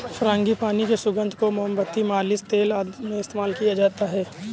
frangipani की सुगंध को मोमबत्ती, मालिश तेल आदि में इस्तेमाल किया जाता है